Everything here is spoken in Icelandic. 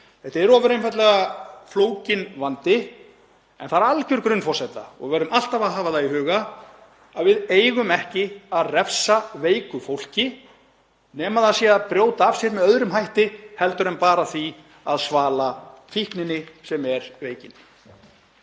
Þetta er ofureinfaldlega flókinn vandi en það er algjör grunnforsenda og við verðum alltaf að hafa það í huga að við eigum ekki að refsa veiku fólki nema það sé að brjóta af sér með öðrum hætti en bara því að svala fíkninni, sem er veikin.